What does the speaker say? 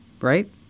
right